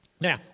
Now